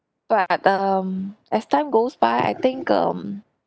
but um as time goes by I think um